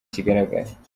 kigaragara